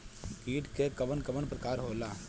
कीट के कवन कवन प्रकार होला?